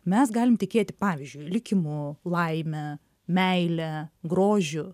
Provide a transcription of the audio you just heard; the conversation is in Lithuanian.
mes galim tikėti pavyzdžiui likimu laime meile grožiu